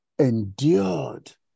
endured